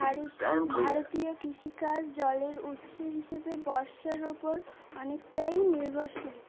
ভারত ভারতীয় কৃষিকাজ জলের উৎস হিসেবে বর্ষার ওপর অনেকটাই নির্ভরশীল